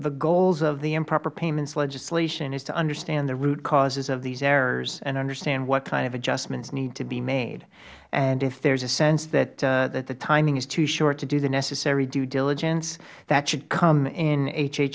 the goals of the improper payments legislation is to understand the root causes of these errors and understand what kind of adjustments need to be made and if there is a sense that the timing is too short to do the necessary due diligence that should come in